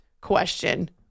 question